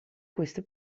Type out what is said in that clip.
queste